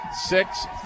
Six